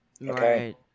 right